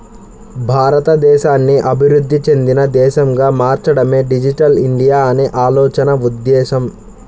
భారతదేశాన్ని అభివృద్ధి చెందిన దేశంగా మార్చడమే డిజిటల్ ఇండియా అనే ఆలోచన ఉద్దేశ్యం